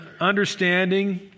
understanding